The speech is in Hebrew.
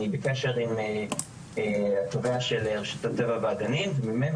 אני בקשר עם התובע של רשות הטבע והגנים וממנו